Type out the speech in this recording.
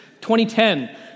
2010